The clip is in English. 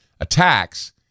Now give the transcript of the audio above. attacks